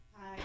Hi